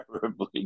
terribly